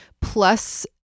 plus